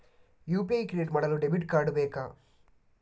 UPI create ಮಾಡಲು debit card ಬೇಕಾ?